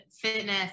fitness